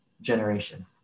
generation